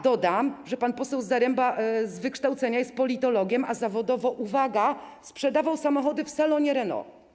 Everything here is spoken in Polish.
Dodam, że pan poseł Zaremba z wykształcenia jest politologiem, a zawodowo - uwaga - sprzedawał samochody w salonie Renault.